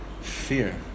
Fear